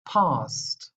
passed